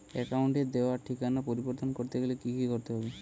অ্যাকাউন্টে দেওয়া ঠিকানা পরিবর্তন করতে গেলে কি করতে হবে?